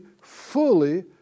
fully